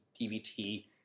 dvt